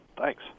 Thanks